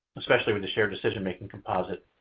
especially with the shared decision making composite.